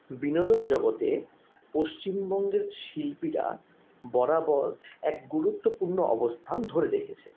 বিনোদন জগতে পশ্চিমবঙ্গের শিল্পীরা বরাবর এক গুরুত্বপূর্ণ অবস্থান ধরে রেখেছে